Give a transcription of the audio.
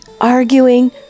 arguing